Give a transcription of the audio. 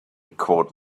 quote